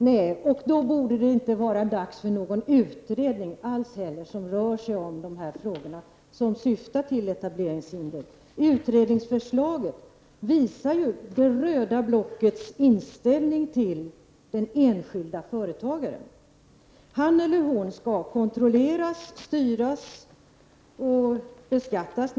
Herr talman! Om det är fallet borde det inte vara dags för någon utredning som syftar till etableringshinder. Förslaget att tillsätta en utredning visar det röda blockets inställning till den enskilde företagaren. Han eller hon skall kontrolleras, styras och naturligtvis beskattas.